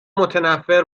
متنفر